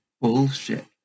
bullshit